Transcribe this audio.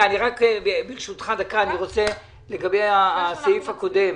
ברשותך, דקה, אני רוצה לגבי הסעיף הקודם.